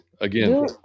again